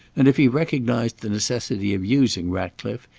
and if he recognized the necessity of using ratcliffe,